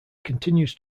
continues